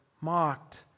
mocked